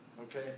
Okay